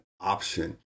option